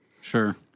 Sure